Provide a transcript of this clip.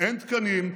אין תקנים,